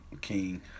King